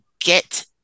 get